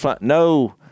No